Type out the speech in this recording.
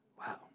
Wow